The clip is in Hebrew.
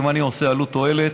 אם אני עושה עלות תועלת,